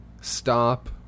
stop